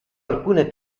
alcune